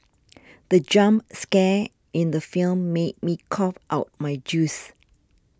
the jump scare in the film made me cough out my juice